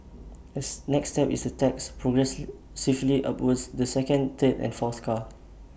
next step is A tax progressively upwards the second third and fourth car